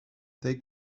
they